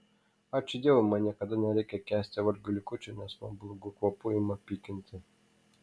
ačiū dievui man niekada nereikia kęsti valgio likučių nes nuo blogų kvapų ima pykinti